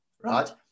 right